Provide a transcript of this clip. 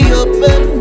open